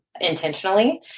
intentionally